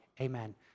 Amen